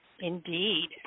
indeed